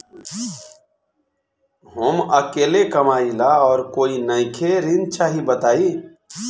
हम अकेले कमाई ला और कोई नइखे ऋण चाही बताई?